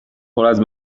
پراز